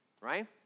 Right